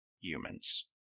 humans